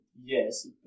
Yes